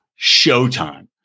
showtime